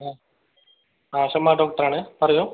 ആ ആ ഷമ്മാദ് ഡോക്ടർ ആണ് പറയു